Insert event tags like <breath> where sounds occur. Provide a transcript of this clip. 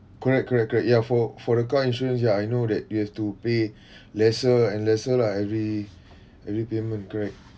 correct correct correct ya for for the car insurance ya I know that you have to pay <breath> lesser and lesser lah every every payment correct